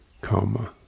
karma